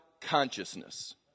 consciousness